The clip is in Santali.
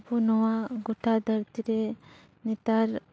ᱟᱵᱚ ᱱᱚᱣᱟ ᱜᱚᱴᱟ ᱫᱷᱟᱹᱨᱛᱤ ᱨᱮ ᱱᱮᱛᱟᱨ